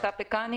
במטע פקן,